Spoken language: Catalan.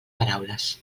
paraules